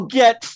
get